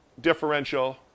differential